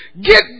get